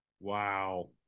Wow